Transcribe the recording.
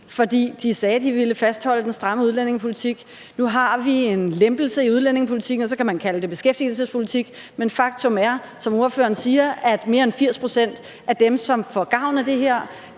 fordi de sagde, at de ville fastholde den stramme udlændingepolitik. Nu har vi en lempelse i udlændingepolitikken, og så kan man kalde det beskæftigelsespolitik, men faktum er, som ordføreren siger, at mere end 80 pct. af dem, som får gavn af det her,